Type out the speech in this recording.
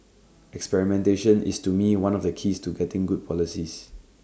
experimentation is to me one of the keys to getting good policies